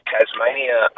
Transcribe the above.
Tasmania